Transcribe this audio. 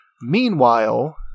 Meanwhile